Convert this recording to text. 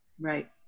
Right